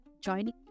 Joining